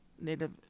native